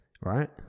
right